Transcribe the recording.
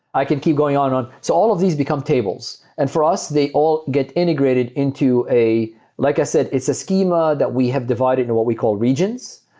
i can keep going on and on. so all of these become tables. and for us, they all get integrated into a like i said, it's a scheme ah that we have divided into what we call regions,